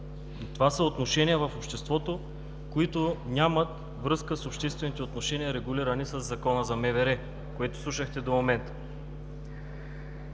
Това са отношения в обществото, които нямат връзка с обществените отношения, регулирани със Закона за МВР, което слушахте до момента.